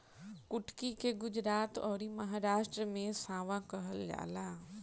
कुटकी के गुजरात अउरी महाराष्ट्र में सांवा कहल जाला